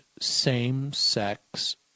same-sex